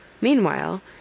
Meanwhile